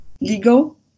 legal